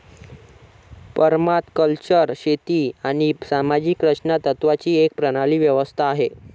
permaculture शेती आणि सामाजिक रचना तत्त्वांची एक प्रणाली व्यवस्था आहे